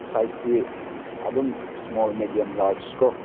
ꯁꯥꯏꯁꯁꯤ ꯑꯗꯨꯝ small medium large ꯀꯣ